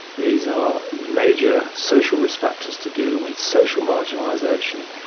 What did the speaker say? these are major social risk factors to do with social marginalisation,